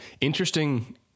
Interesting